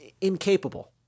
incapable